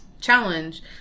Challenge